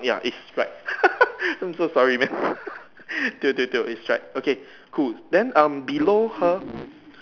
ya it's right I'm so sorry man tio tio tio it's right okay cool then um below her